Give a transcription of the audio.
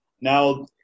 Now